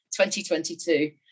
2022